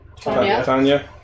Tanya